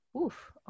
Oof